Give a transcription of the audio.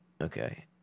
Okay